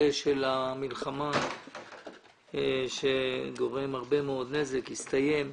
של המלחמה שגורם הרבה מאוד נזק יסתיים.